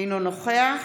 אינו נוכח